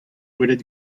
welet